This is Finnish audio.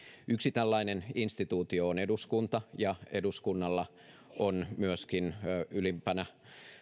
yksi tällainen instituutio on eduskunta ja eduskunnalla on myöskin ylimpänä